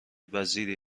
وزیری